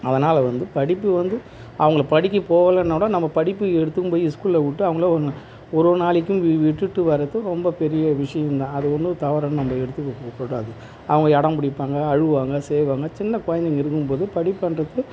அதனால் வந்து படிப்பு வந்து அவுங்கள படிக்க போகலன்னா கூட நம்ம படிப்பு எடுத்துன்னு போய் ஸ்கூலில் விட்டு அவுங்கள ஒன்ன ஒரு ஒரு நாளக்கு விட்டுட்டு வரது ரொம்ப பெரிய விஷயோந்தான் அது ஒன்றும் தவறுன்னு நம்ம எடுத்துக்கக் கூடாது அவங்க அடம் பிடிப்பாங்க அழுவாங்க செய்வாங்க சின்னக் குழந்தைங்க இருக்கும் போது படிப்புன்றது